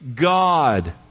God